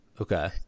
Okay